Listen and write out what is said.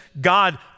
God